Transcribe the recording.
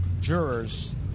jurors